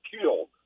killed